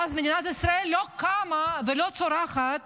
ואז מדינת ישראל לא קמה ולא צורחת